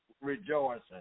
rejoicing